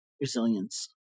resilience